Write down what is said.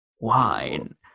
wine